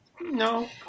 No